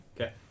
Okay